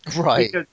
Right